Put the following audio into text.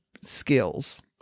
skills